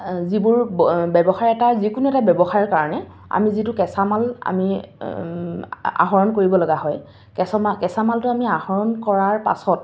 যিবোৰ ব্যৱসায় এটা যিকোনো এটা ব্যৱসায়ৰ কাৰণে আমি যিটো কেঁচামাল আমি আহৰণ কৰিব লগা হয় কেঁচা কেঁচামালটো আমি আহৰণ কৰাৰ পাছত